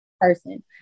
person